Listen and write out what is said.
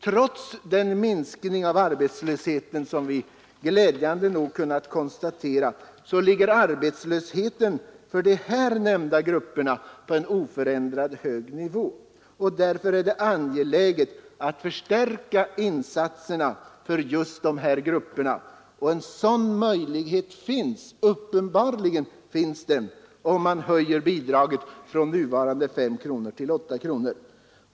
Trots den minskning av arbetslösheten som vi glädjande nog kunnat konstatera ligger arbetslösheten för de här nämnda grupperna på en oförändrat hög nivå. Därför är det angeläget att förstärka insatserna för just de här grupperna, och en sådan möjlighet finns uppenbarligen, om man höjer bidraget från nuvarande 5 kronor till 8 kronor.